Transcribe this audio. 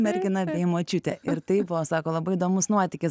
mergina bei močiutė ir tai buvo sako labai įdomus nuotykis